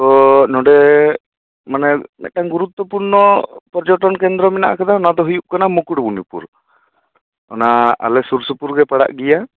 ᱛᱚ ᱱᱚᱰᱮ ᱢᱟᱱᱮ ᱢᱮᱫᱴᱟᱝ ᱜᱩᱨᱩᱛᱛᱚᱯᱩᱨᱱᱚ ᱯᱚᱨᱡᱚᱴᱚᱱ ᱠᱮᱱᱫᱨᱚ ᱢᱮᱱᱟᱜ ᱟᱠᱟᱫᱟ ᱱᱚᱣᱟ ᱫᱚ ᱦᱩᱭᱩᱜ ᱠᱟᱱᱟ ᱢᱩᱠᱩᱴᱢᱩᱱᱤᱯᱩᱨ ᱚᱱᱟ ᱟᱞᱮ ᱥᱩᱨ ᱥᱩᱯᱩᱨ ᱜᱮ ᱯᱟᱲᱟᱜ ᱜᱮᱭᱟ